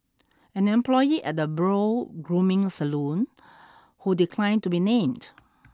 an employee at a brow grooming salon who declined to be named